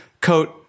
coat